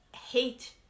Hate